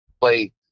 play